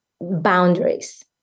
boundaries